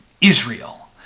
Israel